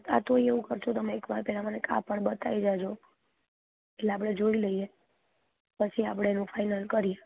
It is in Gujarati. હા હા તો એવું કરજો તમે એક વાર મને કાપડ બતાવી જજો એટલે આપણે જોઈ લઈએ પછી આપણે એનું ફાઇનલ કરીએ